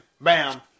bam